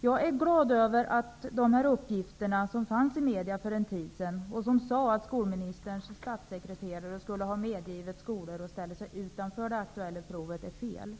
Jag är glad över att de uppgifter som fanns i massmedia för en tid sedan, som visade att skolministerns statssekreterare skulle ha medgivit skolor att ställa sig utanför det aktuella provet, är felaktiga.